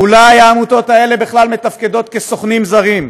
אולי העמותות האלה בכלל מתפקדות כסוכנים זרים.